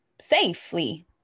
safely